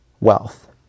wealth